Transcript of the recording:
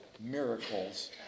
miracles